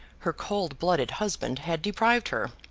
her cold-blooded husband had deprived her.